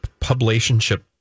publicationship